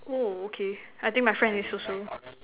oh okay I think my friend is also